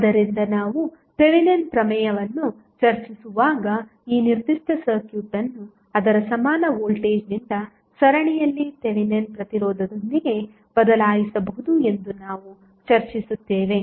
ಆದ್ದರಿಂದ ನಾವು ಥೆವೆನಿನ್ ಪ್ರಮೇಯವನ್ನು ಚರ್ಚಿಸುವಾಗ ಈ ನಿರ್ದಿಷ್ಟ ಸರ್ಕ್ಯೂಟ್ ಅನ್ನು ಅದರ ಸಮಾನ ವೋಲ್ಟೇಜ್ನಿಂದ ಸರಣಿಯಲ್ಲಿ ಥೆವೆನಿನ್ ಪ್ರತಿರೋಧದೊಂದಿಗೆ ಬದಲಾಯಿಸಬಹುದು ಎಂದು ನಾವು ಚರ್ಚಿಸುತ್ತೇವೆ